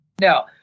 Now